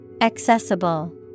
Accessible